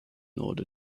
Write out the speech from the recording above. order